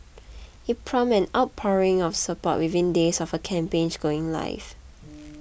it prompted an outpouring of support within days of her campaign going live